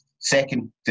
Second